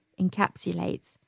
encapsulates